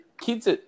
Kids